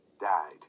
died